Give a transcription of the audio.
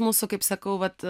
mūsų kaip sakau vat